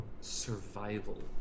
survival